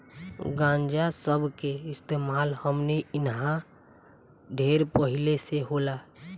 गांजा सब के इस्तेमाल हमनी इन्हा ढेर पहिले से होला